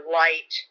light